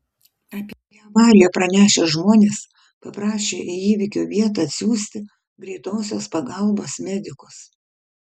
apie avariją pranešę žmonės paprašė į įvykio vietą atsiųsti greitosios pagalbos medikus